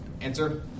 answer